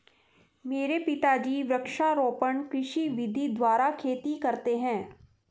मेरे पिताजी वृक्षारोपण कृषि विधि द्वारा खेती करते हैं